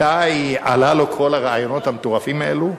מתי עלו לו כל הרעיונות המטורפים האלה?